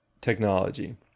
technology